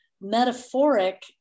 metaphoric